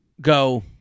go